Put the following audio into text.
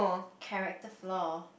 character flaw